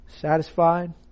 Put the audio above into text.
satisfied